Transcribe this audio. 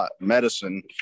medicine